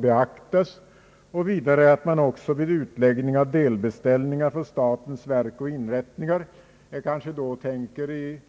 Vidare har jag framhållit att man även vid utläggning av delbeställningar från statens verk och inrättningar — jag tänker i